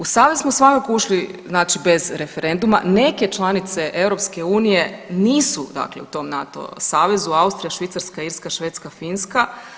U savez smo svakako ušli znači bez referenduma, neke članice EU nisu dakle u tom NATO savezu, Austrija, Švicarska, Irska, Švedska, Irska.